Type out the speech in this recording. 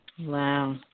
Wow